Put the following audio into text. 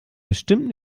bestimmt